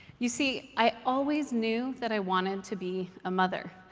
you see, i always knew that i wanted to be a mother.